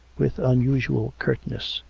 with unusual curtness.